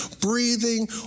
breathing